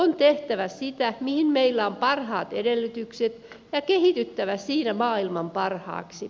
on tehtävä sitä mihin meillä on parhaat edellytykset ja kehityttävä siinä maailman parhaaksi